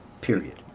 period